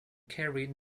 carried